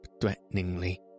threateningly